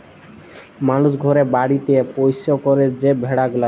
মালুস ঘরে বাড়িতে পৌষ্য ক্যরে যে ভেড়া গুলাকে